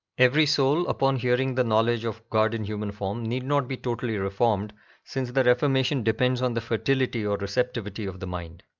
every soul upon hearing the knowledge of god-in-human-form need not be totally reformed since the reformation depends on the fertility or receptivity of the mind.